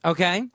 Okay